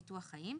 ביטוח חיים,